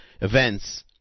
events